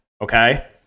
Okay